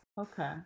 Okay